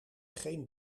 geen